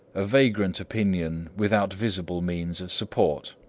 a vagrant opinion without visible means of support.